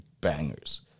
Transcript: bangers